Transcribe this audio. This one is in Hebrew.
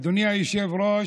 אדוני היושב-ראש,